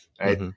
right